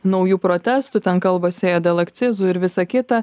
naujų protestų ten kalbasi dėl akcizų ir visa kita